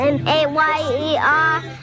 M-A-Y-E-R